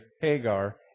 Hagar